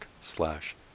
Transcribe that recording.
slash